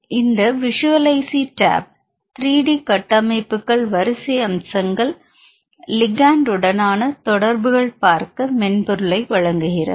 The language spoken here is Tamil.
இந்த விசுவல்லைஸி டாப் 3 டி கட்டமைப்புகள் வரிசை அம்சங்கள் லிகாண்ட் உடனான தொடர்புகள்பார்க்க மென்பொருளை வழங்குகிறது